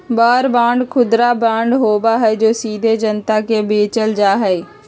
war bond खुदरा bond होबा हई जो सीधे जनता के बेचल जा हई